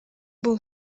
бул